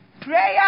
prayer